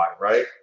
right